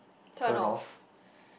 turn off